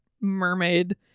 mermaid